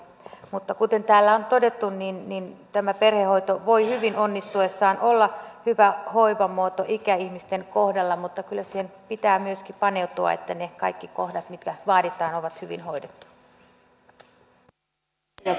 mutta kuten täällä on todettu perhehoito voi hyvin onnistuessaan olla hyvä hoivamuoto ikäihmisten kohdalla mutta kyllä siihen pitää myöskin paneutua että ne kaikki kohdat mitkä vaaditaan on hyvin hoidettu